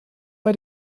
bei